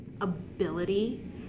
ability